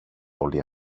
όλη